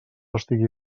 estiga